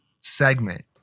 segment